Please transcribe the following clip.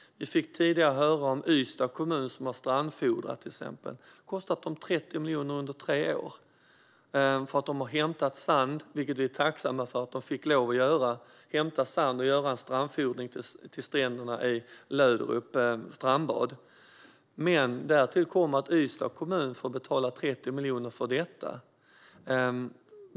Vi fick tidigare höra om Ystads kommun, till exempel, som har strandfodrat. Det har kostat dem 30 miljoner under tre år. De har hämtat sand, vilket vi är tacksamma för att de fick lov att göra, för att göra en strandfodring av stränderna vid Löderups strandbad. Därtill kommer alltså att Ystads kommun får betala 30 miljoner kronor för detta.